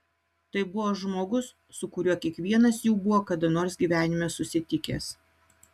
tai buvo žmogus su kuriuo kiekvienas jų buvo kada nors gyvenime susitikęs